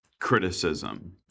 criticism